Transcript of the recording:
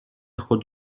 خود